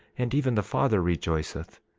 and even the father rejoiceth,